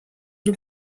dem